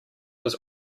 was